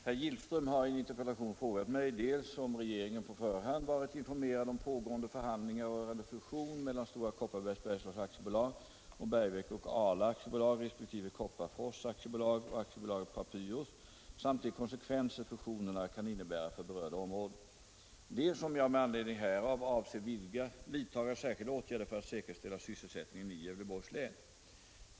Herr talman! Herr Gillström har i en interpellation frågat mig dels om regeringen på förhand varit informerad om pågående förhandlingar rörande fusion mellan Stora Kopparbergs Bergslags AB och Bergvik och Ala AB resp. Kopparfors AB och AB Papyrus samt de konsekvenser fusionerna kan innebära för berörda områden, dels om jag med anledning härav avser vidtaga särskilda åtgärder för att säkerställa sysselsättningen i Gävleborgs län.